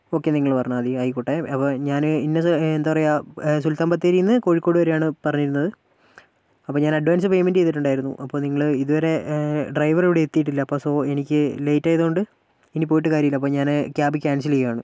okay നിങ്ങള് പറഞ്ഞാൽ മതി ആയിക്കോട്ടെ അപ്പോൾ ഞാന് ഇന്നത് എന്താ പറയുക സുൽത്താൻ ബത്തേരിയിൽ നിന്ന് കോഴിക്കോട് വരെയാണ് പറഞ്ഞിരുന്നത് അപ്പോൾ ഞാൻ അഡ്വാൻസ് പേയ്മെൻറ്റ് ചെയ്തിട്ടുണ്ടായിരുന്നു അപ്പോൾ നിങ്ങള് ഇതുവരെ ഡ്രൈവറിവിടെ എത്തിയിട്ടില്ല അപ്പം സൊ എനിക്ക് ലേറ്റ് ആയതുകൊണ്ട് ഇനി പോയിട്ട് കാര്യമില്ല അപ്പോൾ ഞാന് ക്യാബ് ക്യാൻസൽ ചെയ്യുകയാണ്